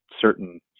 certain